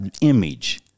image